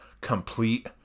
complete